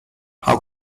how